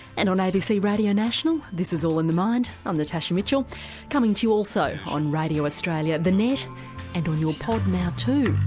and on abc radio national, this is all in the mind, i'm natasha mitchell coming to you also on radio australia, the net and on your pod now too.